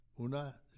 Una